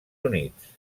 units